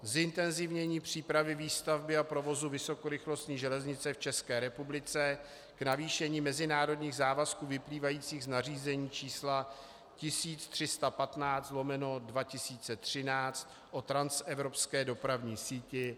zintenzivnění přípravy výstavby a provozu vysokorychlostní železnice v ČR k navýšení mezinárodních závazků vyplývajících z nařízení č. 1315/2013, o transevropské dopravní síti ;